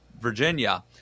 Virginia